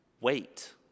wait